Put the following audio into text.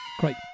great